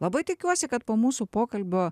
labai tikiuosi kad po mūsų pokalbio